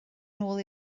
nôl